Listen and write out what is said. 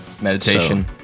Meditation